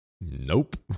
Nope